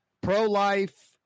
pro-life